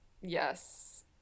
Yes